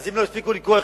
אז אם לא הספיקו לקרוא,